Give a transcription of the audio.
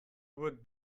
would